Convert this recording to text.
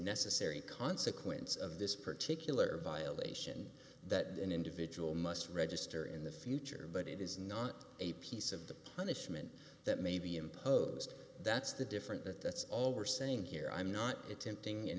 necessary consequence of this particular violation that an individual must register in the future but it is not a piece of the punishment that may be imposed that's the different but that's all we're saying here i'm not attempting in